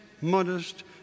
modest